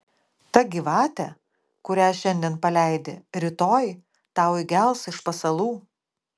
ta gyvatė kurią šiandien paleidi rytoj tau įgels iš pasalų